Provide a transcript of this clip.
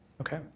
Okay